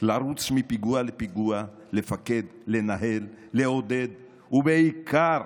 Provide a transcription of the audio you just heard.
לרוץ מפיגוע לפיגוע, לפקד, לנהל, לעודד ובעיקר